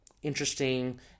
Interesting